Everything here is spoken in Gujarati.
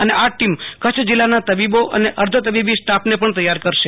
અને આ ટોમ કચ્છ જિલ્લાન તબીબો અને અર્ધ તબીબી સ્ટાફન પણ તૈયાર કરશે